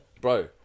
bro